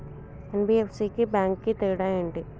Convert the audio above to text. NBFC కి bank కి తేడా ఏంటి?